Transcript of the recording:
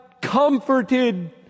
comforted